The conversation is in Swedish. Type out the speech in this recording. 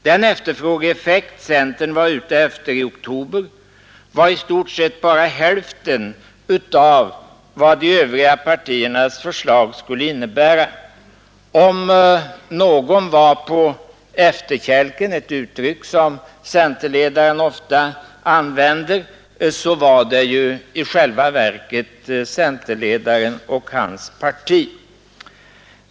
Den efterfrågeeffekt centern var ute efter i oktober var i stort sett bara hälften av vad de övriga partiernas förslag skulle innebära. Om någon var på efterkälken — ett uttryck som centerledaren ofta använder — så var det ju i själva verket centerledaren och hans parti.